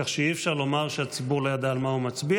כך שאי-אפשר לומר שהציבור לא ידע על מה הוא מצביע.